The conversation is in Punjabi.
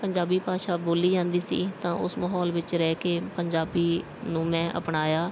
ਪੰਜਾਬੀ ਭਾਸ਼ਾ ਬੋਲੀ ਜਾਂਦੀ ਸੀ ਤਾਂ ਉਸ ਮਾਹੌਲ ਵਿੱਚ ਰਹਿ ਕੇ ਪੰਜਾਬੀ ਨੂੰ ਮੈਂ ਅਪਣਾਇਆ